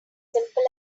simple